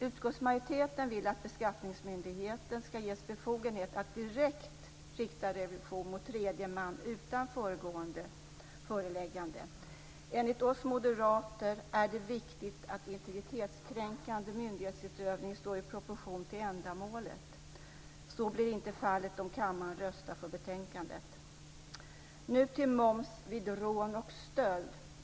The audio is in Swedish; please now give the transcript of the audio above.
Utskottsmajoriteten vill att beskattningsmyndigheten ska ges befogenhet att direkt rikta revision mot tredje man utan föregående föreläggande. Vi moderater tycker att det är viktigt att integritetskränkande myndighetsutövning står i proportion till ändamålet. Så blir inte fallet om kammaren röstar för hemställan i betänkandet. Låt mig nu gå över till moms vid rån och stöld.